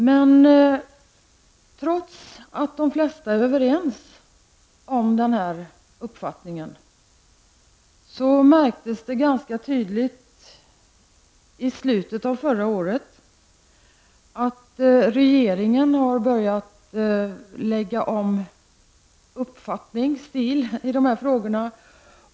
Men trots att de flesta är överens om den här uppfattningen så märktes det ganska tydligt i slutet av förra året att regeringen har börjat lägga om uppfattning och stil när det gäller dessa frågor.